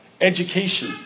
education